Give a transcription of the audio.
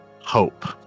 Hope